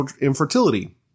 infertility